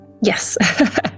Yes